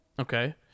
Okay